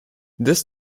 this